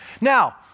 Now